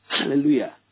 Hallelujah